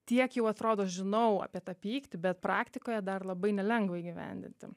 tiek jau atrodo žinau apie tą pyktį bet praktikoje dar labai nelengva įgyvendinti